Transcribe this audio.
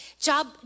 Job